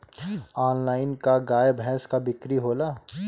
Online का गाय भैंस क बिक्री होला?